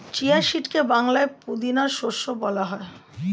chia সিডকে বাংলায় পুদিনা শস্য বলা হয়